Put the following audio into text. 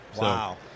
Wow